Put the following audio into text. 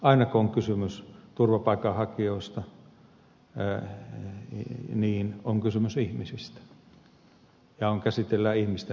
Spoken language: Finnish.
aina kun on kysymys turvapaikanhakijoista on kysymys ihmisistä ja käsitellään ihmisten asioita